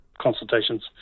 consultations